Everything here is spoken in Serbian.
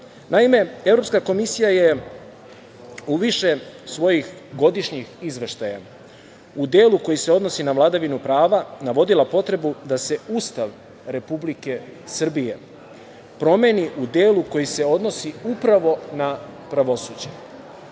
vlasti. Naime, Evropska komisija je u više svojih godišnjih izveštaja, u delu koji se odnosi na vladavinu prava, navodila potrebu da se Ustav Republike Srbije promeni u delu koji se odnosi upravo na pravosuđe.